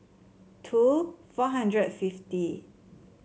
two four hundred and fifty